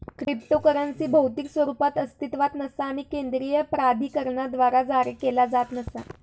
cryptocurrency भौतिक स्वरूपात अस्तित्वात नसा आणि केंद्रीय प्राधिकरणाद्वारा जारी केला जात नसा